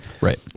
Right